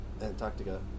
Antarctica